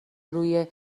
روی